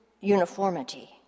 uniformity